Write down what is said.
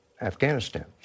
Afghanistan